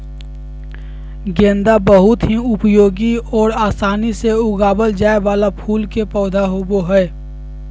गेंदा बहुत ही उपयोगी और आसानी से उगावल जाय वाला फूल के पौधा होबो हइ